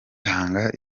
tanga